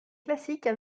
classiques